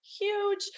Huge